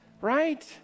right